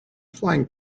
flying